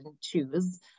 choose